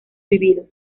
vividos